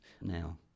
now